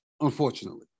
unfortunately